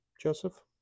Joseph